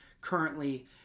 currently